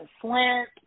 slant